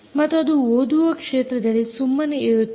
ಮತ್ತು ಅದು ಓದುವ ಕ್ಷೇತ್ರದಲ್ಲಿ ಸುಮ್ಮನೆ ಇರುತ್ತದೆ